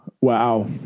Wow